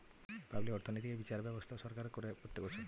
public অর্থনৈতিক এ বিচার ব্যবস্থা সরকার করে প্রত্যেক বছর